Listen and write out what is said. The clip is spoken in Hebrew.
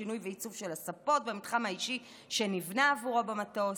שינוי ועיצוב של הספות במתחם האישי שנבנה עבורו במטוס,